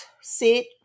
sit